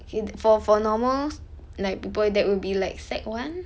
okay for for normal like people that would be like sec one